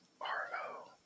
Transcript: R-O